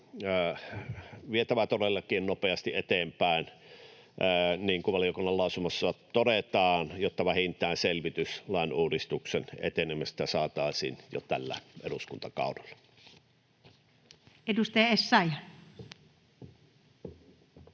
vietävä todellakin nopeasti eteenpäin, niin kuin valiokunnan lausunnossa todetaan, jotta vähintään selvitys lain uudistuksen etenemisestä saataisiin jo tällä eduskuntakaudella. [Speech 53]